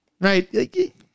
Right